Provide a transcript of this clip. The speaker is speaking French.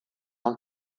ans